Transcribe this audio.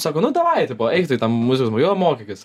sako nu davai tipo eik tu į tą muzikos mokyklą mokykis